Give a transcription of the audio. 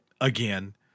again